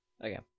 Okay